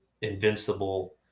invincible